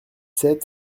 sept